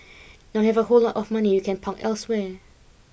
now you have a whole lot of money you can park elsewhere